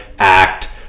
act